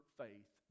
faith